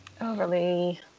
overly